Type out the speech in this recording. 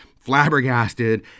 flabbergasted